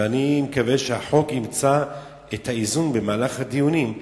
ואני מקווה שהחוק ימצא את האיזון במהלך הדיונים,